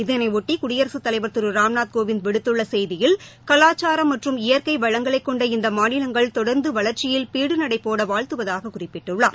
இதனையொட்டி குடியரகத் தலைவர் திரு ராம்நாத் கோவிந்த் விடுத்துள்ள செய்தியில் கலாச்சாரம் மற்றும் இயற்கை வளங்களைக் கொண்ட இந்த மாநிலங்கள் தொடர்ந்து வளர்ச்சியில் பீடுநடைபோட வாழ்த்துவதாகக் குறிப்பிட்டுள்ளார்